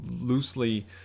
loosely